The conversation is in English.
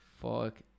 Fuck